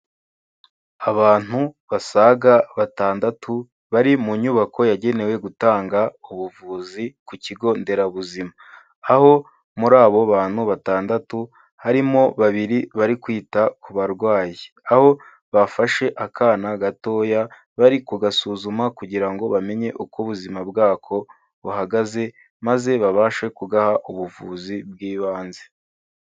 Abantu basaga batandatu, bari mu nyubako yagenewe gutanga ubuvuzi ku kigo nderabuzima, aho muri abo bantu batandatu, harimo babiri bari kwita ku barwayi, aho bafashe akana gatoya bari kugasuzuma kugira ngo bamenye uko ubuzima bwako buhagaze, maze babashe kugaha ubuvuzi bw'ibanze.